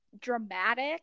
dramatic